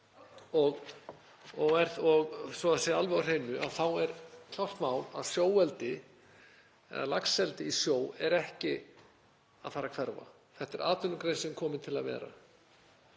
að það sé alveg á hreinu þá er klárt mál að sjóeldi eða laxeldi í sjó er ekki að fara að hverfa. Þetta er atvinnugrein sem er komin til að vera.